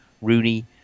Rooney